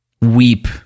weep